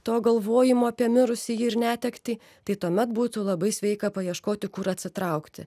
to galvojimo apie mirusįjį ir netektį tai tuomet būtų labai sveika paieškoti kur atsitraukti